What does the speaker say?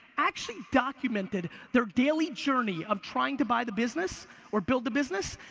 actually documented their daily journey of trying to buy the business or build a business,